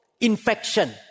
infection